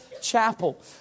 chapel